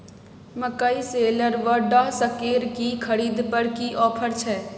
मकई शेलर व डहसकेर की खरीद पर की ऑफर छै?